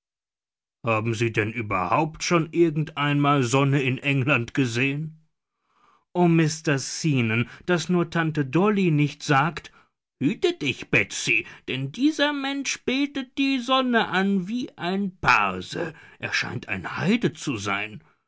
haben sie denn überhaupt schon irgend einmal sonne in england gesehn oh mr zeno daß nur tante dolly nicht sagt hüte dich betsy denn dieser mensch betet die sonne an wie ein parse er scheint ein heide zu sein